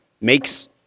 makes